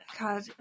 god